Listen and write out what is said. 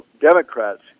Democrats